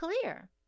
clear